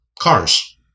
cars